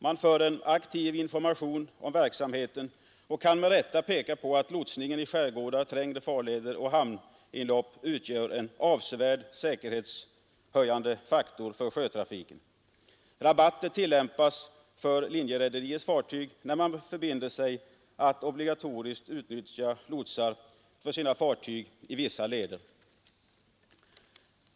Man bedriver en aktiv information om verksamheten och kan med rätta peka på att lotsningen i skärgårdar, trängre farleder och hamninlopp utgör en avsevärt säkerhetshöjande faktor för sjötrafiken. Rabatter tillämpas för linjerederiers fartyg när man förbinder sig att obligatoriskt utnyttja lotsar för sina fartyg i vissa leder.